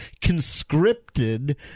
conscripted